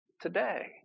today